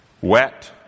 wet